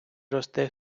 росте